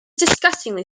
disgustingly